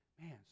Man